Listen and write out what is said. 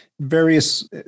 various